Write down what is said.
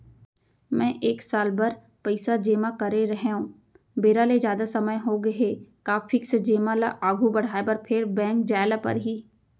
मैं एक साल बर पइसा जेमा करे रहेंव, बेरा ले जादा समय होगे हे का फिक्स जेमा ल आगू बढ़ाये बर फेर बैंक जाय ल परहि?